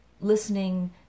listening